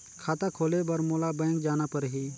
खाता खोले बर मोला बैंक जाना परही?